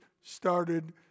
started